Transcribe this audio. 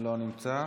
לא נמצא.